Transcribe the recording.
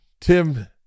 Tim